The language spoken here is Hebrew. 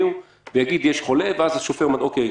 יגיד שיש חולה והשופט יגיד: אוקיי,